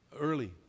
early